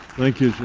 thank you